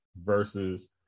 versus